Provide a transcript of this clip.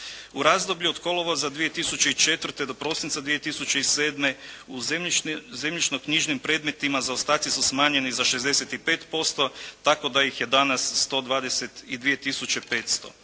U razdoblju od kolovoza 2004. do prosinca 2007. u zemljišno-knjižnim predmetima zaostaci su smanjeni za 65% tako da ih je danas 122